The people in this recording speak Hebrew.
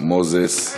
מוזס.